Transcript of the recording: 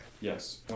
Yes